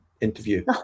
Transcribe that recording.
interview